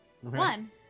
one